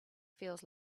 feels